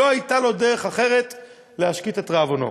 לא הייתה לו דרך אחרת להשקיט את רעבונו.